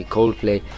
Coldplay